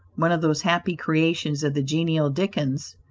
one of those happy creations of the genial dickens,